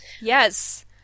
Yes